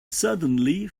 suddenly